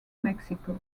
mexico